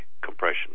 compression